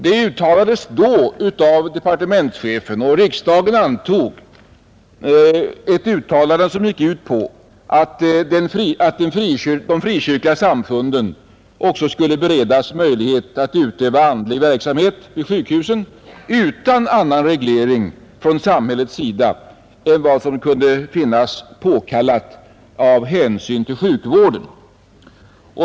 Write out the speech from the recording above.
Det uttalades vid det aktuella tillfället av departementschefen — och riksdagen antog uttalandet — att de frikyrkliga samfunden också skulle beredas möjlighet att utöva andlig verksamhet vid sjukhusen utan annan reglering från samhällets sida än vad som kunde finnas påkallat av hänsyn till sjukvården.